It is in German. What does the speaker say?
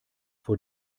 vor